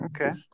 Okay